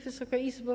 Wysoka Izbo!